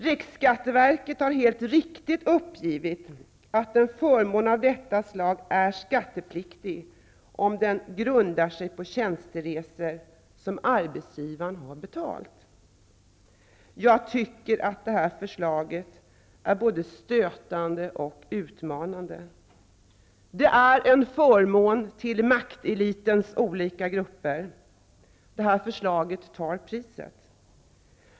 Riksskatteverket har helt riktigt uppgivit att en förmån av detta slag är skattepliktig om den grundar sig på tjänsteresor som arbetsgivaren har betalat. Jag tycker att det här förslaget är både stötande och utmanande. Det är en förmån till maktelitens olika grupper. Det här förslaget tar priset.